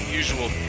usual